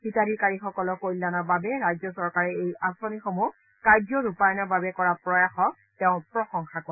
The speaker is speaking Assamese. হিতাধিকাৰীসকলৰ কল্যাণৰ বাবে ৰাজ্য চৰকাৰে এই আঁচনিসমূহ কাৰ্যৰূপায়ণৰ বাবে কৰা প্ৰয়াসক তেওঁ প্ৰশংসা কৰে